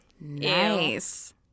Nice